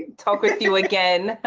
talk with you again.